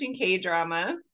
K-drama